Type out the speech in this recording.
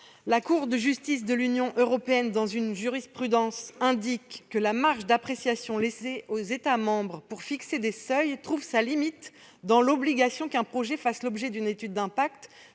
la Cour de justice de l'Union européenne, la marge d'appréciation laissée aux États membres pour fixer des seuils trouve sa limite dans l'obligation qu'un projet fasse l'objet d'une étude d'impact,